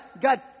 God